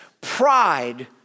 pride